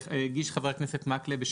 חבר הכנסת מקלב הגיש חמש הסתייגויות